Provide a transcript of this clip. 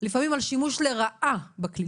לפעמים על שימוש לרעה של הכלי,